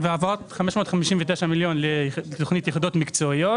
והעברת 559 מיליון שקל לתוכניות יחידות מקצועיות